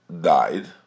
died